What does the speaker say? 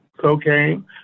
cocaine